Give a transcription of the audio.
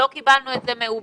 לא קיבלנו את זה מעובד.